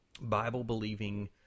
Bible-believing